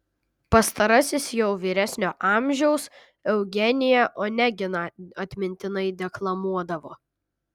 pastarasis jau vyresnio amžiaus eugeniją oneginą atmintinai deklamuodavo